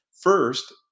first